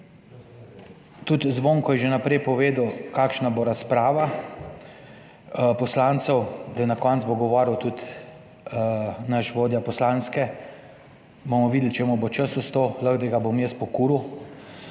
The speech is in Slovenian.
tudi Zvonko je že v naprej povedal kakšna bo razprava poslancev, da na koncu bo govoril tudi naš vodja poslanske, bomo videli, če mu bo čas ostal, lahko, da ga bom jaz pokuril,